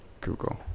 Google